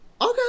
Okay